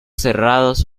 cerrados